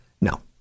No